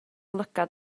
lygaid